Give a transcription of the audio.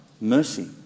mercy